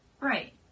Right